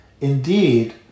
Indeed